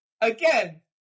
Again